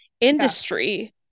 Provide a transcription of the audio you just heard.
industry